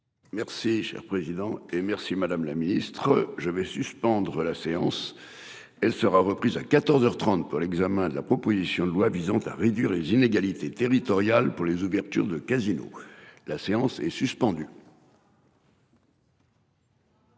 Merci cher président et. Merci madame la ministre je vais suspendre la séance. Elle sera reprise à 14h 30 pour l'examen de la proposition de loi visant à réduire les inégalités territoriales pour les ouvertures de casino. La séance est suspendue.